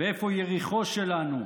ואיפה יריחו שלנו?